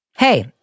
Hey